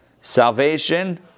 Salvation